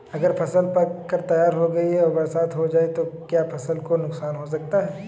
अगर फसल पक कर तैयार हो गई है और बरसात हो जाए तो क्या फसल को नुकसान हो सकता है?